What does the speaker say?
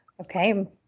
okay